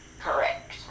Correct